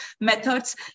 methods